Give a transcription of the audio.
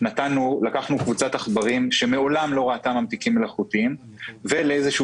לקחנו קבוצת עכברים שמעולם לא ראתה ממתיקים מלאכותיים ולפרק